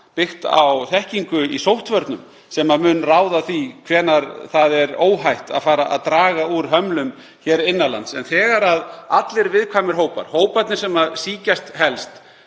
byggt á þekkingu í sóttvörnum sem mun ráða því hvenær óhætt er að fara að draga úr hömlum hér innan lands. Þegar allir viðkvæmir hópar, hóparnir sem sýkjast helst